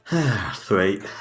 Three